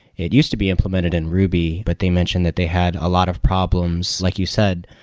it used to be implemented in ruby but they mentioned that they had a lot of problems, like you said,